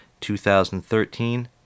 2013